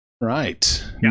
Right